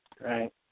right